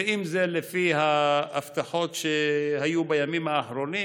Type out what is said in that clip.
ואם זה לפי ההבטחות שהיו בימים האחרונים,